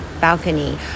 balcony